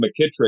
McKittrick